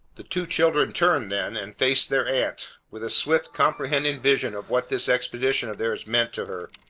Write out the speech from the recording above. the two children turned then, and faced their aunt, with a swift, comprehending vision of what this expedition of theirs meant to her.